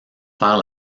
faire